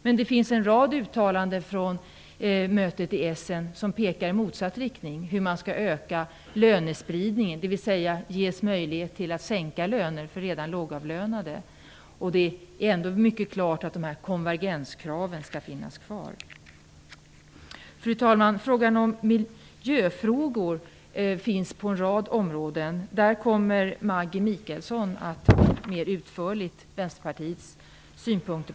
Men det finns också en rad uttalanden från mötet i Essen som pekar i motsatt riktning: Man vill öka lönespridningen, dvs. ge möjlighet att sänka löner för redan lågavlönade. Vidare står det mycket klart att konvergenskraven skall finnas kvar. Fru talman! Miljöfrågor finns på en rad områden. Där kommer Maggi Mikaelsson att mer utförligt gå in på Vänsterpartiets synpunkter.